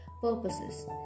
purposes